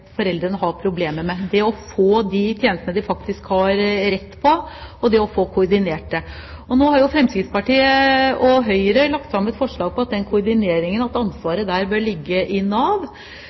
foreldrene har problemer med, nemlig å få de tjenestene de faktisk har rett på, og det å få koordinert dem. Nå har Fremskrittspartiet og Høyre lagt fram et forslag om at ansvaret for koordineringen bør ligge i Nav.